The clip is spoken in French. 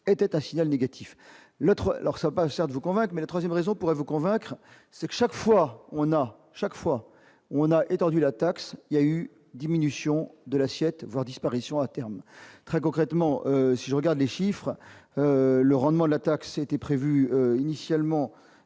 était un signal négatif alors ça certes vous convainc mais la 3ème raison pourrait vous convaincre, c'est chaque fois on a chaque fois on a étendu la taxe il y a eu diminution de l'assiette, voire disparition, à terme, très concrètement, si on regarde les chiffres, le rendement de la taxe était prévue initialement